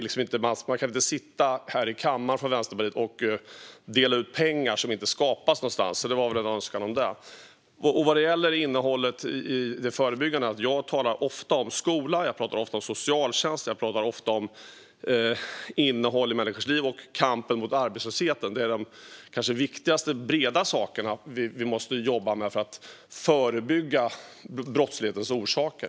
Vänsterpartiet kan inte sitta här i kammaren och dela ut pengar som inte skapas någonstans. Det var utifrån en sådan önskan jag talade. Vad gäller innehållet i vårt förebyggande arbete talar jag ofta om skola, socialtjänst, innehåll i människors liv och kampen mot arbetslöshet. Detta är kanske de viktigaste breda saker som vi måste jobba med för att förebygga brottslighetens orsaker.